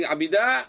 Abida